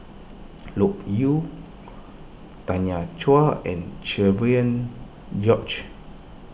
Loke Yew Tanya Chua and Cherian George